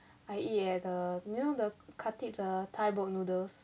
I eat at the you know the khatib the thai boat noodles